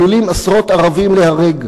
עלולים עשרות ערבים ליהרג בחילוץ.